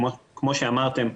כמו שאמרתם,